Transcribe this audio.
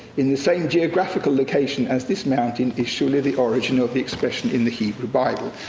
in the same geographical location as this mountain, is surely the origin of the expression in the hebrew bible.